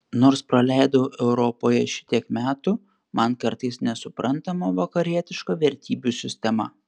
nors praleidau europoje šitiek metų man kartais nesuprantama vakarietiška vertybių sistema